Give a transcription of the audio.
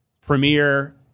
premiere